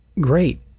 great